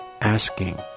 asking